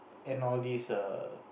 and all these err